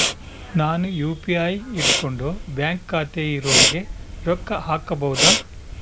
ನಾನು ಯು.ಪಿ.ಐ ಇಟ್ಕೊಂಡು ಬ್ಯಾಂಕ್ ಖಾತೆ ಇರೊರಿಗೆ ರೊಕ್ಕ ಹಾಕಬಹುದಾ?